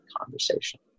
conversation